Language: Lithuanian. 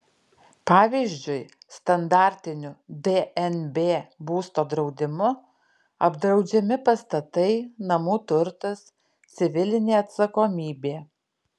pavyzdžiui standartiniu dnb būsto draudimu apdraudžiami pastatai namų turtas civilinė atsakomybė